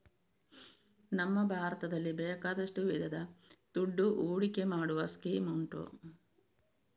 ನಮ್ಮ ಭಾರತದಲ್ಲಿ ಬೇಕಾದಷ್ಟು ವಿಧದ ದುಡ್ಡು ಹೂಡಿಕೆ ಮಾಡುವ ಸ್ಕೀಮ್ ಉಂಟು